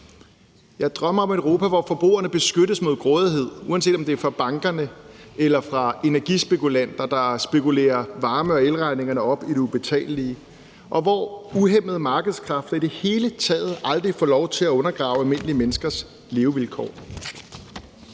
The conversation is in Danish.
Jeg drømmer om et Europa, hvor forbrugerne beskyttes mod grådighed, uanset om det er fra bankerne eller fra energispekulanter, der spekulerer varme- og elregninger op i det ubetalelige, og hvor uhæmmede markedskræfter i det hele taget aldrig får lov til at undergrave almindelige menneskers levevilkår.